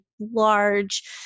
large